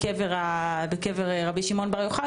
כי בסופו של דבר אם אנחנו במקרי ביניים כאלה,